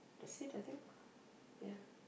that's it I think yeah